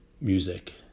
music